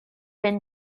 been